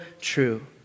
true